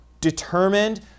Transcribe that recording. determined